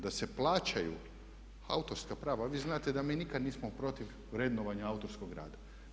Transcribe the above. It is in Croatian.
Da se plaćaju autorska prava, vi znate da mi nikada nismo protiv vrednovanja autorskog rada.